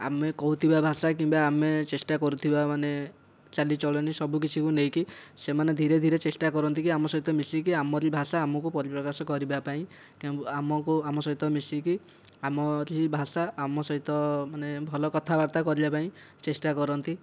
ଆମେ କହୁଥିବା ଭାଷା କିମ୍ବା ଆମେ ଚେଷ୍ଟା କରୁଥିବା ମାନେ ଚାଲିଚଳଣି ସବୁ କିଛିକୁ ନେଇକି ସେମାନେ ଧୀରେଧୀରେ ଚେଷ୍ଟା କରନ୍ତିକି ଆମ ସହିତ ମିଶିକି ଆମରି ଭାଷା ଆମକୁ ପରିପ୍ରକାଶ କରିବା ପାଇଁ ଆମକୁ ଆମ ସହିତ ମିଶିକି ଆମରି ଭାଷା ଆମ ସହିତ ମାନେ ଭଲ କଥାବାର୍ତ୍ତା କରିବା ପାଇଁ ଚେଷ୍ଟା କରନ୍ତି